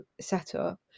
setup